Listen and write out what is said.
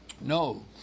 No